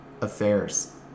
affairs